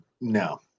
no